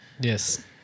Yes